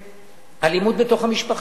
אלימות בתוך המשפחה,